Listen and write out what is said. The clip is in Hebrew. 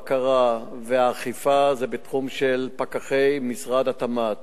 הבקרה והאכיפה הם תחום של פקחי משרד התמ"ת.